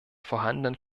vorhandenen